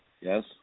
Yes